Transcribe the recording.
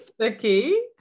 okay